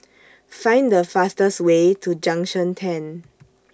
Find The fastest Way to Junction ten